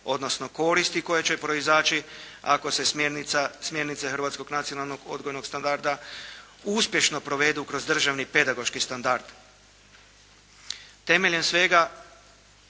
odnosno koristi koje će proizaći ako se smjernice hrvatskog nacionalnog odgojnog standarda uspješno provedu kroz Državni pedagoški standard. Temeljem svega